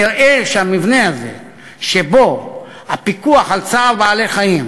נראה שהמבנה שבו הפיקוח על צער בעלי-חיים